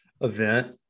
event